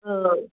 ꯑ